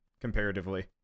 comparatively